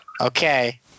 Okay